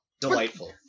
Delightful